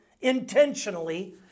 intentionally